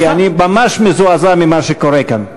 כי אני ממש מזועזע ממה שקורה כאן.